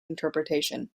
interpretation